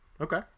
Okay